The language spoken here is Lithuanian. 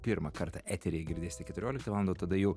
pirmą kartą eteryje girdėsite keturioliktą valandą o tada jau